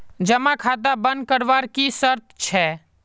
जमा खाता बन करवार की शर्त छे?